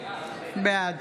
בעד